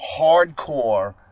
hardcore